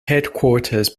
headquarters